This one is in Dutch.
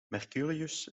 mercurius